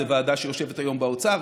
ועדה ארצית שיושבת היום במשרד האוצר,